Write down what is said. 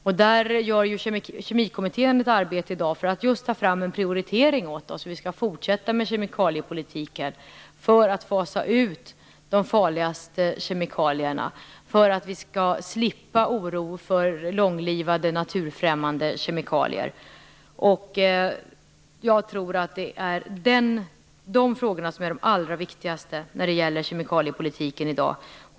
Kemikommittén utför i dag ett arbete just för att ta fram en prioritering när det gäller hur vi skall fortsätta kemikaliepolitiken för att fasa ut de farligaste kemikalierna och slippa oro för långlivade, naturfrämmande kemikalier. Jag tror att de frågorna är de allra viktigaste när det gäller kemikaliepolitiken i dag.